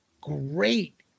great